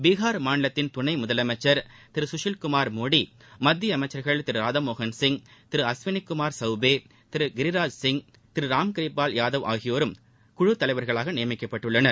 பீகார் மாநிலத்தின் துணை முதலமைச்சர் திரு சுகில்குமார் மோடி மத்திய அமைச்சர்கள் திரு ராதாமோகன்சிங் திரு அஸ்விளி குமார் சௌபே திரு கிரிராஜ்சிங் திரு ராம்கிரிபால் யாதவ் ஆகியோரும் குழு தலைவர்களாக நியமிக்கப்பட்டுள்ளனர்